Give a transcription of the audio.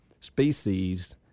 species